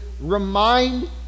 remind